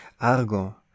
Argo